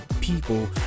people